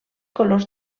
colors